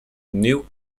new